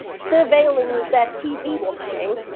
surveilling their tv watching,